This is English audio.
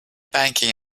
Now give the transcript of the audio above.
banking